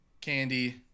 candy